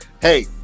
Hey